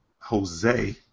Jose